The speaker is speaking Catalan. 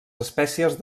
espècies